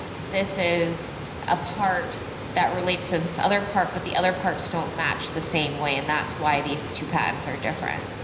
this is a part that relates to this other part, but the other parts don't match the same way and that's why these two patents are different,